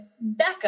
Becca